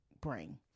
bring